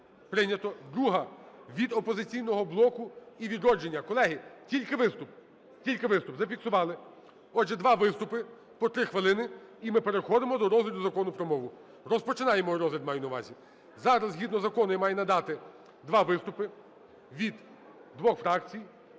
Прийнято. Друга – від "Опозиційного блоку" і "Відродження". Колеги, тільки виступ. Тільки виступ. Зафіксували. Отже, два виступи по 3 хвилини, і ми переходимо до розгляду Закону "Про мову". Розпочинаємо розгляд, я маю на увазі. Зараз, згідно Закону, я маю надати два виступи від двох фракцій.